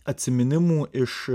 atsiminimų iš